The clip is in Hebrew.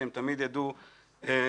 והם תמיד ידעו להסתדר.